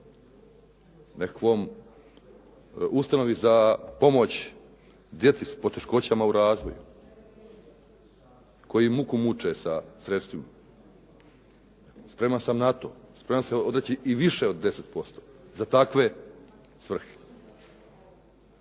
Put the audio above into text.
Nekakvom ustanovi za pomoć djeci sa poteškoćama u razvoju koji muku muče sa sredstvima. Spreman sam na to, spreman sam se odreći i više od 10% za takve svrhe.